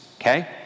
okay